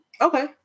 Okay